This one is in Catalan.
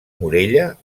morella